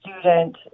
student